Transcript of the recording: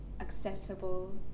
accessible